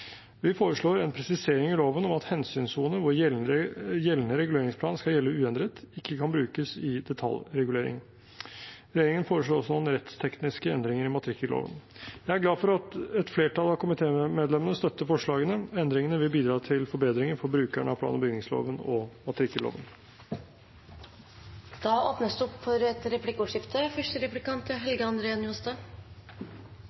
Vi foreslår en presisering i loven om at hensynssonen hvor gjeldende reguleringsplan skal gjelde uendret, ikke kan brukes i detaljregulering. Regjeringen foreslår også noen rettstekniske endringer i matrikkelloven. Jeg er glad for at et flertall av komitémedlemmene støtter forslagene. Endringene vil bidra til forbedringer for brukerne av plan- og bygningsloven og matrikkelloven. Det blir replikkordskifte. Eg tenkte hengja meg litt opp